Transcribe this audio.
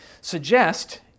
suggest